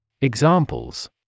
Examples